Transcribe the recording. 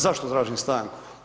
Zašto tražim stanku?